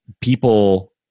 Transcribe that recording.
people